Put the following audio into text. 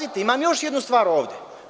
Imam još jednu stvar ovde.